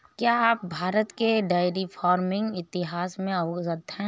क्या आप भारत के डेयरी फार्मिंग इतिहास से अवगत हैं?